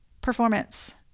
performance